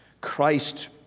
Christ